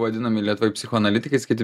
vadinami lietuvių psichoanalitikais kiti